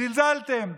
זלזלתם.